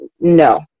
no